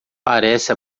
parece